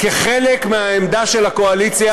כחלק מהעמדה של הקואליציה,